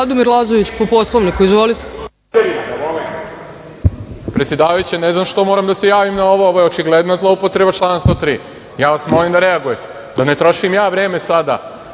Radomir Lazović po Poslovniku. Izvolite.